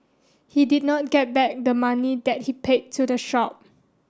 he did not get back the money that he paid to the shop